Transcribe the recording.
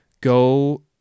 Go